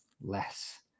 less